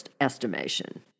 estimation